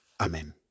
Amen